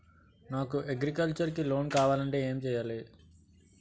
నాకు అగ్రికల్చర్ కి లోన్ కావాలంటే ఏం చేయాలి?